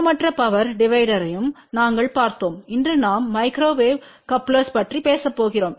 சமமற்ற பவர் டிவைடர்யும் நாங்கள் பார்த்தோம் இன்று நாம் மைக்ரோவேவ் கப்லெர்ஸ்களைப் பற்றி பேசப் போகிறோம்